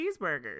cheeseburgers